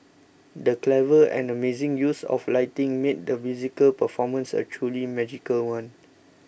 the clever and amazing use of lighting made the musical performance a truly magical one